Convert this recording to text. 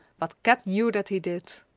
but kat knew that he did.